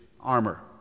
armor